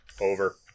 Over